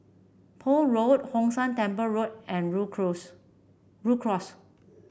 Poole Road Hong San Temple Road and Rhu Rhu Cross